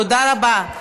תודה רבה.